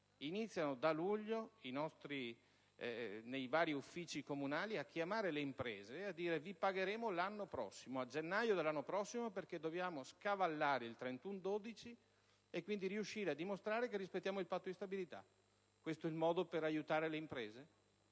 iniziano da luglio nei vari uffici comunali a chiamare le imprese e a dire: vi pagheremo a gennaio dell'anno prossimo perché dobbiamo scavallare il 31 dicembre per riuscire a dimostrare che rispettiamo il Patto di stabilità. Questo è il modo per aiutare le imprese?